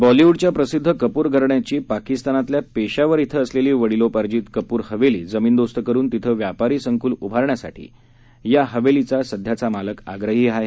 बॉलीवूडच्या प्रसिध्द कपूर घराण्याची पाकिस्तानातल्या पेशावर इथं असलेली वडिलोपार्जीत कपूर हवेली जमीनदोस्त करून तिथं व्यापारी संकूल उभारण्यासाठी या हवेलीचा सध्याचा मालक अडून बसला आहे